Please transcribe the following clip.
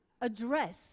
address